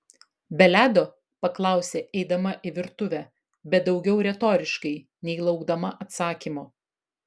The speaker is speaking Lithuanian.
be ledo paklausė eidama į virtuvę bet daugiau retoriškai nei laukdama atsakymo